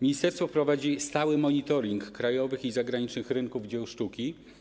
Ministerstwo prowadzi stały monitoring krajowych i zagranicznych rynków dzieł sztuki.